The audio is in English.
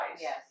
Yes